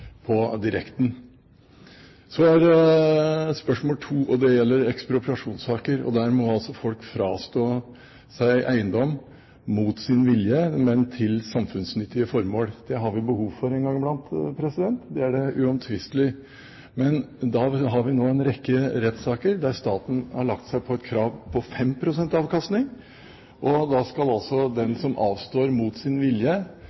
spørsmål nr. 2, og det gjelder ekspropriasjonssaker. Der må altså folk avstå eiendom mot sin vilje til samfunnsnyttige formål. Det har vi behov for en gang iblant. Det er uomtvistelig. Nå har vi en rekke rettssaker der staten har lagt seg på et krav på 5 pst. avkastning. Da skal altså den som avstår eiendom mot sin vilje,